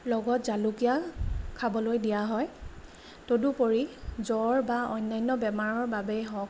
লগত জালুকীয়া খাবলৈ দিয়া হয় তদুপৰি জ্বৰ বা অন্যান্য বেমাৰৰ বাবেই হওক